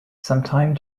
sometime